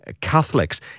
Catholics